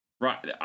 Right